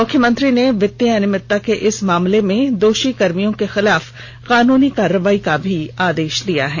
मुख्यमंत्री ने वित्तीय अनियमितता के इस मामले में दोषी कर्मियों के खिलाफ कानूनी कार्रवाई करने का भी आदेष दिया है